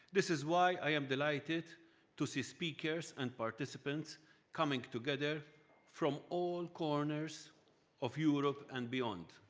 this is why i am delighted to see speakers and participants coming together from all corners of europe and beyond.